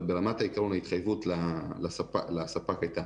אבל ברמת העיקרון ההתחייבות לספק הייתה